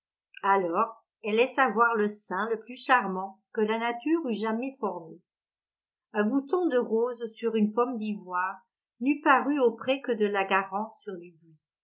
alors elle laissa voir le sein le plus charmant que la nature eût jamais formé un bouton de rose sur une pomme d'ivoire n'eût paru auprès que de la garance sur du buis